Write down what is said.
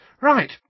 Right